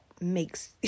makes